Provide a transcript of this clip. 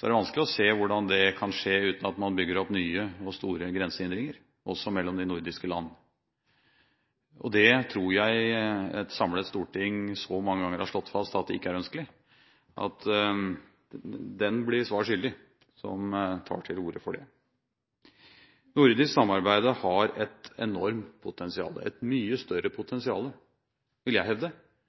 er det vanskelig å se hvordan det kan skje uten at man bygger opp nye og store grensehindringer også mellom de nordiske land. Det tror jeg et samlet storting så mange ganger har slått fast ikke er ønskelig, at den blir svar skyldig som tar til orde for det. Nordisk samarbeid har et enormt potensial, et mye større potensial, vil jeg hevde, enn det